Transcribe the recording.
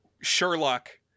Sherlock